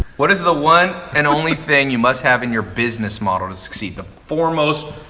what is the one and only thing you must have in your business model to succeed? the foremost,